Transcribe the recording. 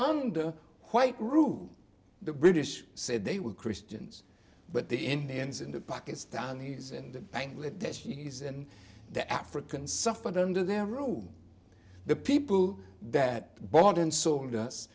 under white rule the british said they were christians but the indians and pakistanis and bangladeshis in the african suffered under their room the people that bought and sold us